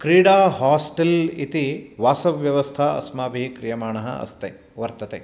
क्रीडा हास्टेल् इति वासव्यवस्था अस्माभिः क्रियमाणः आस्ति वर्तते